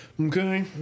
Okay